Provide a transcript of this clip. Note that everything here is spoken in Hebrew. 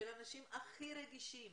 של האנשים הכי רגישים,